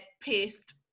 pissed